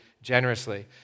generously